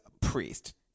priest